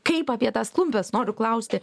kaip apie tas klumpes noriu klausti